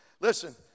Listen